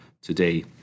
today